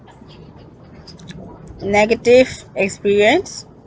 negative experience